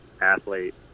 athlete